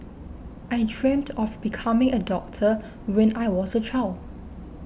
I dreamt of becoming a doctor when I was a child